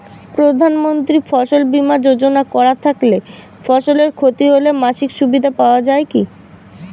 প্রধানমন্ত্রী ফসল বীমা যোজনা করা থাকলে ফসলের ক্ষতি হলে মাসিক সুবিধা পাওয়া য়ায় কি?